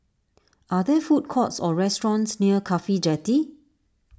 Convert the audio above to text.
are there food courts or restaurants near Cafhi Jetty